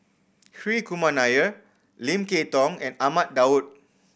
Hri Kumar Nair Lim Kay Tong and Ahmad Daud